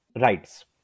rights